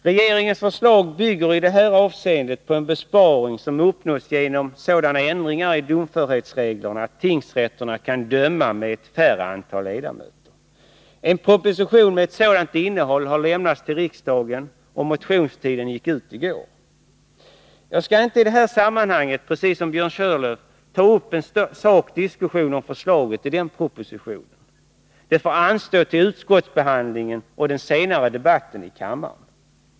Regeringens förslag bygger i detta avseende på en besparing som uppnås genom sådana ändringar i domförhetsreglerna att tingsrätterna kan döma med ett färre antal ledamöter. En proposition med ett sådant innehåll har lämnats till riksdagen, och motionstiden gick ut i går. Jag skall — precis som Björn Körlof - inte i detta sammanhang ta upp en sakdiskussion om förslaget iden propositionen. Den diskussionen får anstå till utskottsbehandlingen och den därefter följande debatten i kammaren.